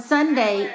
Sunday